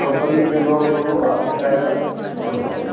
company के नाम खोलू आ शिकायत खोजू